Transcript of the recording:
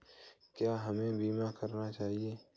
क्या हमें बीमा करना चाहिए?